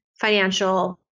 financial